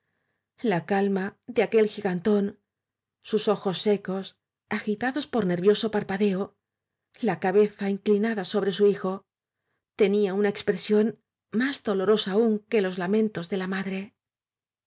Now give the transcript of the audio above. la calma de aquel gigantón sus ojos secos agita dos por nervioso parpadeo la cabeza inclina da sobre su hijo tenía una expresión más dolorosa aún que los lamentos de la madre